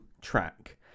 track